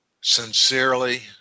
sincerely